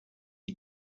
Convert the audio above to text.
you